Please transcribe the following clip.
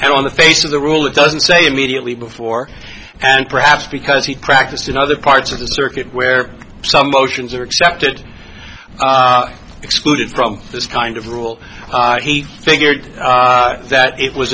and on the face of the rule it doesn't say immediately before and perhaps because he practiced in other parts of the circuit where some voters are accepted are excluded from this kind of rule he figured that it was